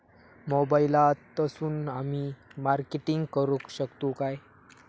मोबाईलातसून आमी मार्केटिंग करूक शकतू काय?